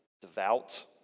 devout